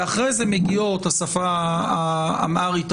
אחרי זה מגיעות השפות האמהרית,